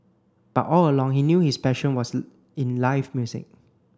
but all along he knew his passion was in live music